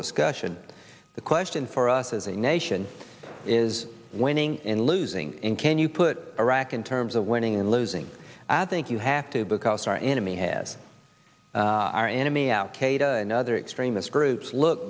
discussion the question for us as a nation is winning and losing can you put iraq in terms of winning and losing i think you have to because our enemy has our enemy out qaeda and other extremist groups look